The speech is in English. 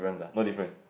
no difference